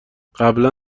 قبلا